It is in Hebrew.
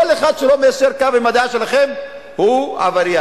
כל אחד שלא מיישר קו עם הדעה שלכם הוא עבריין.